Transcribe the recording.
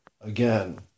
again